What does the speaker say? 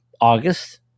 August